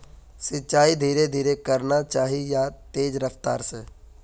सिंचाई धीरे धीरे करना चही या तेज रफ्तार से?